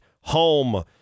home